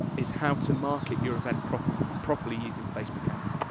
is how to market your event property, properly, using facebook ads.